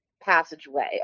passageway